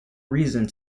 reason